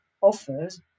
offers